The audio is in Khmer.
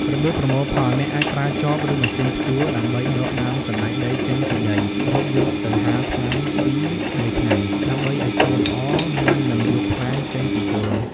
របៀបប្រមូលផល អ្នកអាចប្រើចប ឬម៉ាស៊ីនភ្ជួរដើម្បីដកដើមសណ្ដែកដីចេញពីដី រួចយកទៅហាលថ្ងៃពីរបីថ្ងៃដើម្បីឱ្យស្ងួតល្អ មុននឹងយកផ្លែចេញពីគល់។